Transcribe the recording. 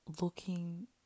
looking